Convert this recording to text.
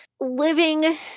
living